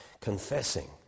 confessing